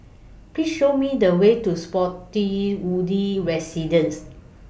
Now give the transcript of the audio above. Please Show Me The Way to Spottiswoode Residences